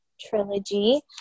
trilogy